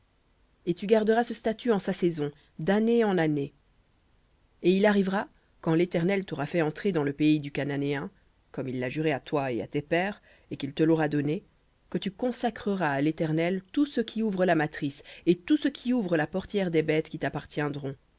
et tu garderas ce statut en sa saison d'année en année et il arrivera quand l'éternel t'aura fait entrer dans le pays du cananéen comme il l'a juré à toi et à tes pères et qu'il te l'aura donné que tu consacreras à l'éternel tout ce qui ouvre la matrice et tout ce qui ouvre la portière des bêtes qui t'appartiendront